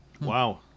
Wow